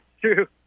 True